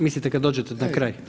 Mislite kad dođete na kraj?